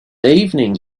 evening